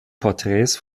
porträts